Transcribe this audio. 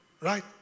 Right